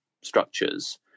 structures